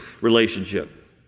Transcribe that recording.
relationship